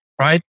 Right